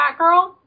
Batgirl